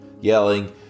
yelling